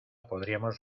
podríamos